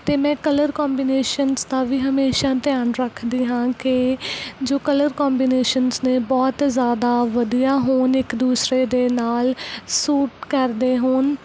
ਅਤੇ ਮੈਂ colour combinations ਦਾ ਵੀ ਹਮੇਸ਼ਾ ਧਿਆਨ ਰੱਖਦੀ ਹਾਂ ਕਿ ਜੋ ਕਲਰ ਕੋਂਬੀਨੇਸ਼ਨਸ ਨੇ ਬਹੁਤ ਜ਼ਿਆਦਾ ਵਧੀਆ ਹੋਣ ਇੱਕ ਦੂਸਰੇ ਦੇ ਨਾਲ ਸੂਟ ਕਰਦੇ ਹੋਣ